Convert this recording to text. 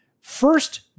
first